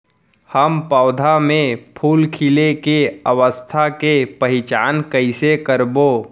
हम पौधा मे फूल खिले के अवस्था के पहिचान कईसे करबो